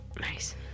Nice